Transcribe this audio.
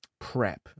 prep